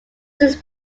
since